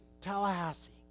Tallahassee